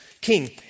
king